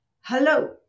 Hello